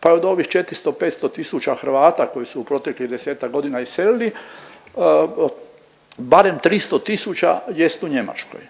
pa od ovih 400-500 tisuća Hrvata koji su u proteklih 10-ak godina iselili barem 300 tisuća jest u Njemačkoj.